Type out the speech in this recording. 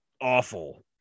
awful